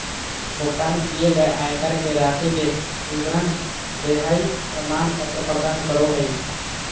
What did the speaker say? भुगतान किए गए आयकर के राशि के विवरण देहइ प्रमाण पत्र प्रदान करो हइ